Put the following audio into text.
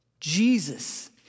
Jesus